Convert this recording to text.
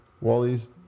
Wally's